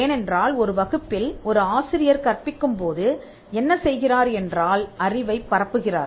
ஏனென்றால் ஒரு வகுப்பில் ஒரு ஆசிரியர் கற்பிக்கும் போது என்ன செய்கிறார் என்றால் அறிவைப் பரப்புகிறார்